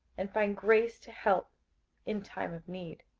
and find grace to help in time of need.